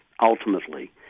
ultimately